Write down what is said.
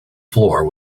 floor